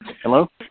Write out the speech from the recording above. Hello